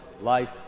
life